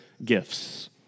Gifts